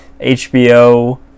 HBO